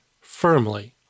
firmly